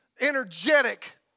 energetic